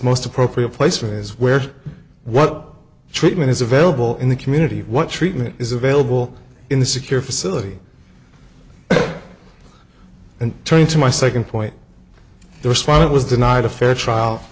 most appropriate place for his where what treatment is available in the community what treatment is available in the secure facility and turning to my second point the respondent was denied a fair trial